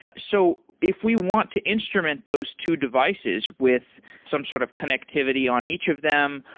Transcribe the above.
so if we want to instrument those two devices with some sort of connectivity on each of them.